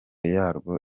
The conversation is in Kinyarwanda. yarwo